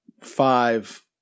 five